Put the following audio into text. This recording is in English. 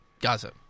Gaza